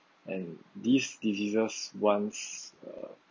and these diseases once uh